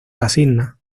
asigna